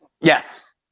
Yes